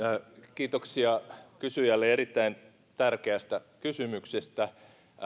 kiitoksia kysyjälle erittäin tärkeästä kysymyksestä